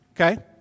Okay